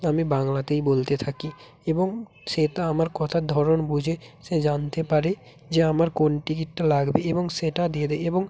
আমি বাংলাতেই বলতে থাকি এবং সে তা আমার কথার ধরন বুঝে সে জানতে পারে যে আমার কোন টিকিটটা লাগবে এবং সেটা দিয়ে দেয় এবং